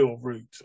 route